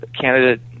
candidate